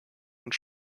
und